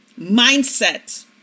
mindset